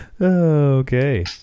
Okay